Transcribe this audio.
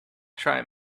try